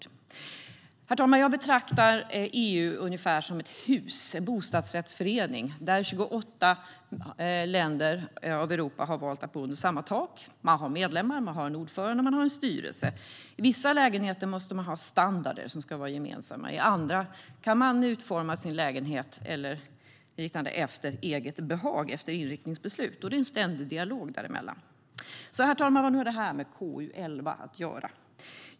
Herr talman! Jag betraktar EU ungefär som ett hus, som en bostadsrättsförening, där 28 länder i Europa har valt att bo under samma tak. Man har medlemmar, en ordförande och en styrelse. I vissa lägenheter måste man ha standarder som ska vara gemensamma. Andra lägenheter kan man utforma efter eget behag i enlighet med inriktningsbeslut. Det är en ständig dialog däremellan. Herr talman! Vad har då det här med KU11 att göra?